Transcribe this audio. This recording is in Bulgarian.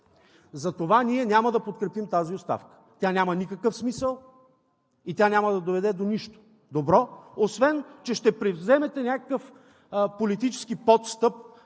Затова ние няма да подкрепим тази оставка – тя няма никакъв смисъл и няма да доведе до нищо добро, освен че ще превземете някакъв политически подстъп